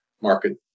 market